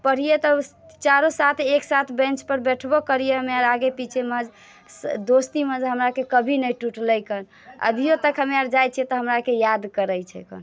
पढ़िए तऽ चारो साथ एक साथ बेँचपर बैठबो करिए हमरा आर आगे पीछे दोस्तीमे हमरा आरके कभी नहि टुटलै खन अभिओ तक हमरा आर जाइ छिए तऽ हमरा आरके याद करै छै